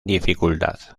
dificultad